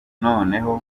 noneho